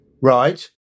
Right